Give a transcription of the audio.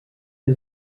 who